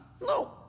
No